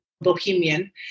bohemian